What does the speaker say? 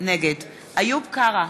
נגד איוב קרא,